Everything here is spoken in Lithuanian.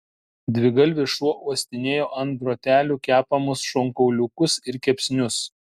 dvigalvis šuo uostinėjo ant grotelių kepamus šonkauliukus ir kepsnius